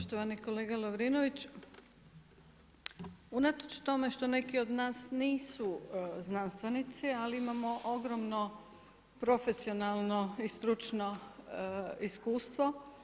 Poštovani kolega Lovrinović, unatoč tome što neki od nas nisu znanstvenici ali imamo ogromno profesionalno i stručno iskustvo.